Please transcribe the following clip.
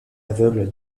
aveugle